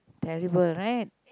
terrible right